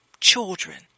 children